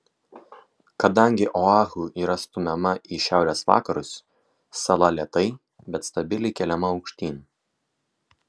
kadangi oahu yra stumiama į šiaurės vakarus sala lėtai bet stabiliai keliama aukštyn